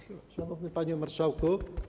Szanowny Panie Marszałku!